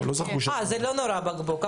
אה, זה לא נורא בקבוק...